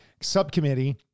subcommittee